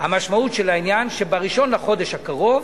המשמעות של העניין היא שב-1 בחודש הקרוב